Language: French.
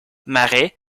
marais